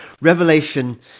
Revelation